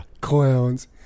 clowns